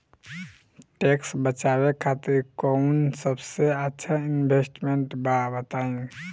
Tax बचावे खातिर कऊन सबसे अच्छा इन्वेस्टमेंट बा बताई?